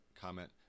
comment